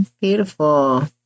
Beautiful